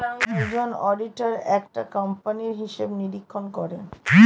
একজন অডিটর একটা কোম্পানির হিসাব নিরীক্ষণ করেন